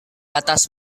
atas